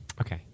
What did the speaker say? Okay